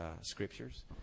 scriptures